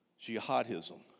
jihadism